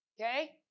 Okay